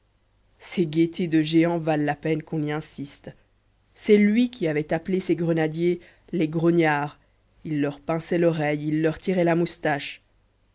ces gaîtés de géant valent la peine qu'on y insiste c'est lui qui avait appelé ses grenadiers les grognards il leur pinçait l'oreille il leur tirait la moustache